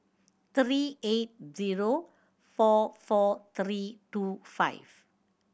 three eight zero four four three two five